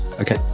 okay